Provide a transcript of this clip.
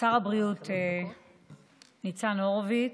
שר הבריאות ניצן הורוביץ,